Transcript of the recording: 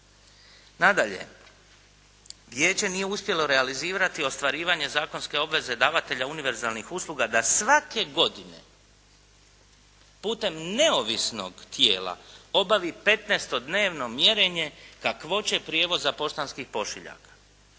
Nadalje, vijeće nije uspjelo realizirati ostvarivanje zakonske obveze davatelja univerzalnih usluga da svake godine putem neovisnog tijela obavi 15-dnevno mjerenje kakvoće prijevoza poštanskih pošiljaka.